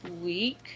week